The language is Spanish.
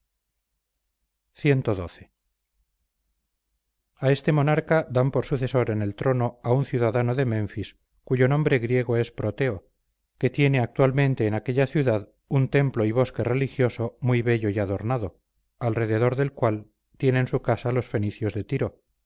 cxii a esto monarca dan por sucesor en el trono a un ciudadano de menfis cuyo nombre griego es proteo que tiene actualmente en aquella ciudad un templo y bosque religioso muy bello y adornado alrededor del cual tienen su casa los fenicios de tiro